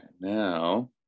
now